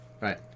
Right